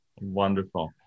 wonderful